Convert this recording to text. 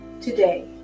today